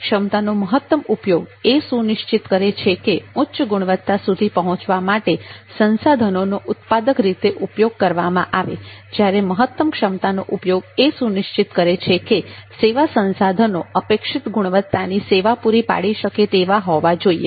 ક્ષમતાનો મહત્તમ ઉપયોગ એ સુનિશ્ચિત કરે છે કે ઉચ્ચ ગુણવત્તા સુધી પહોંચવા માટે સંસાધનોનો ઉત્પાદક રીતે ઉપયોગ કરવામાં આવે જ્યારે મહત્તમ ક્ષમતાનો ઉપયોગ એ સુનિશ્ચિત કરે છે કે સેવા સંસાધનો અપેક્ષિત ગુણવત્તાની સેવા પૂરી પાડી શકે તેવા હોવા જોઈએ